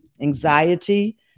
Anxiety